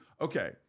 Okay